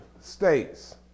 States